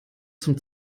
zum